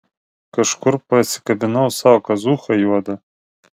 kažkur pasikabinau savo kazūchą juodą